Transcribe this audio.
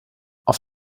auf